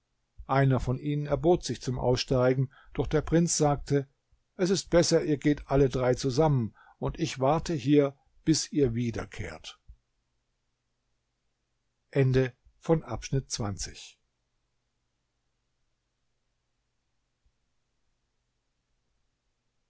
einer von ihnen erbot sich zum aussteigen doch der prinz sagte es ist besser ihr geht alle drei zusammen und ich warte hier bis ihr wiederkehrt